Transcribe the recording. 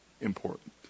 important